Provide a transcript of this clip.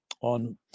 on